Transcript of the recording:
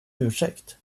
ursäkt